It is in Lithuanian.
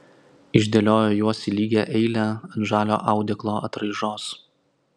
išdėliojo juos į lygią eilę ant žalio audeklo atraižos